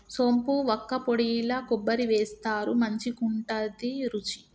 సోంపు వక్కపొడిల కొబ్బరి వేస్తారు మంచికుంటది రుచి